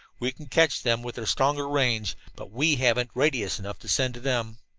we can catch them, with their stronger range, but we haven't radius enough to send to them.